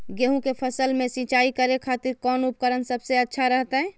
गेहूं के फसल में सिंचाई करे खातिर कौन उपकरण सबसे अच्छा रहतय?